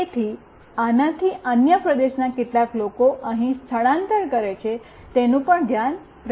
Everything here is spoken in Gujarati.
તેથી આનાથી અન્ય પ્રદેશના કેટલા લોકો અહીં સ્થળાંતર કરે છે તેનું પણ ધ્યાન રાખશે